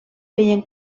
feien